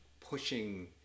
pushing